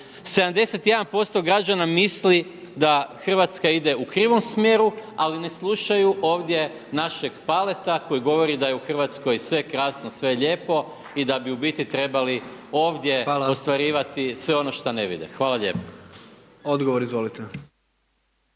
71% građana misli da Hrvatska ide u krivom smjeru, ali ne slušaju ovdje našeg Paleta koji govori da je u Hrvatskoj sve krasno, sve lijepo i da bi u biti trebali ovdje ostvarivati sve ono šta ne vide. Hvala lijepo. **Jandroković,